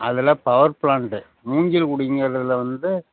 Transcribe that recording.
அதில் power plant மூங்கில்குடிங்கிறதில் வந்து